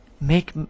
make